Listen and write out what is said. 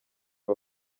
uyu